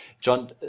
john